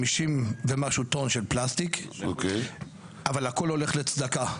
50 ומשהו טון של פלסטיק, אבל הכל הולך לצדקה.